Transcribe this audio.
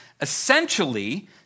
essentially